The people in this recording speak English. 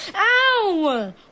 Ow